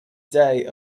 day